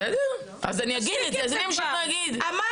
בסדר, אז אני אגיד --- אמרת, סיימת,